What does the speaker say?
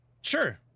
sure